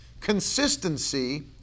Consistency